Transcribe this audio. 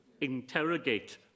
interrogate